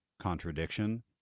contradiction